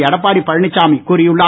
எடப்பாடி பழனிச்சாமி கூறியுள்ளார்